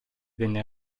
venne